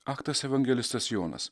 ak tas evangelistas jonas